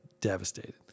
devastated